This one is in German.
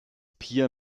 peer